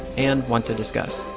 and want to discuss.